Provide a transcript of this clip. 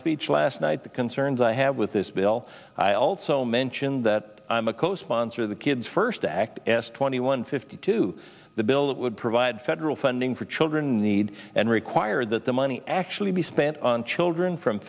speech last night the concerns i have with this bill i also mention that i'm a co sponsor of the kids first act s twenty one fifty two the bill that would provide federal funding for children need and require that the money actually be spent on children from